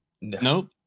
Nope